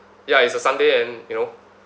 ya it's a sunday and you know